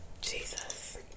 Jesus